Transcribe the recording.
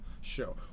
show